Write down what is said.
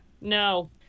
no